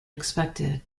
expected